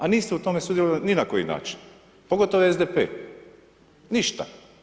A niste u tome sudjelovali ni na koji način, pogotovo SDP, ništa.